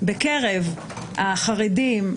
בקרב החרדים,